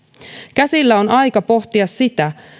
käsillä on aika pohtia sitä